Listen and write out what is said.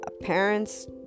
parents